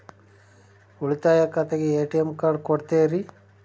ಉಳಿತಾಯ ಖಾತೆಗೆ ATM card ಕೊಡ್ತೇರಿ?